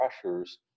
pressures